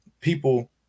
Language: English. people